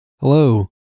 Hello